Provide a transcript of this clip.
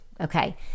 Okay